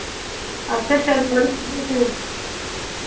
अच्छा चंदौली जिला से